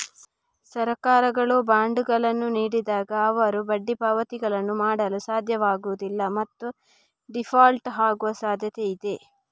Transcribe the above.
ಸರ್ಕಾರಗಳು ಬಾಂಡುಗಳನ್ನು ನೀಡಿದಾಗ, ಅವರು ಬಡ್ಡಿ ಪಾವತಿಗಳನ್ನು ಮಾಡಲು ಸಾಧ್ಯವಾಗುವುದಿಲ್ಲ ಮತ್ತು ಡೀಫಾಲ್ಟ್ ಆಗುವ ಸಾಧ್ಯತೆಯಿದೆ